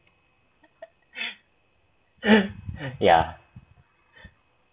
yeah